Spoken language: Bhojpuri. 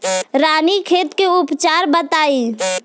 रानीखेत के उपचार बताई?